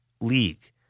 league